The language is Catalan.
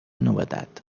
novetat